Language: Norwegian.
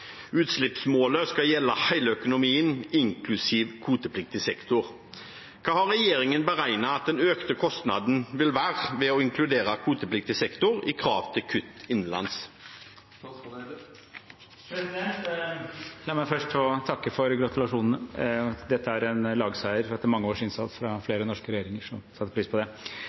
Utslippsmålet gjelder hele økonomien, inklusive kvotepliktig sektor». Hva har regjeringen beregnet at den økte kostnaden vil være ved å inkludere kvotepliktig sektor i krav til kutt innenlands?» La meg først få takke for gratulasjonen. Dette er en lagseier, etter mange års innsats fra flere norske regjeringer, så vi setter pris på det.